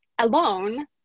alone